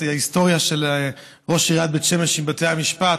את ההיסטוריה של ראש עיריית בית שמש עם בתי המשפט,